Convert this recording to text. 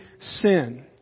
sin